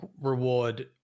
reward